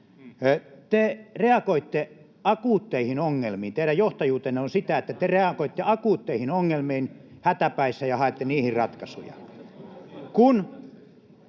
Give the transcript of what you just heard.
Te reagoitte akuutteihin ongelmiin. Teidän johtajuutenne on sitä, että te reagoitte akuutteihin ongelmiin hätäpäissänne ja haette niihin ratkaisuja,